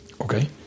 Okay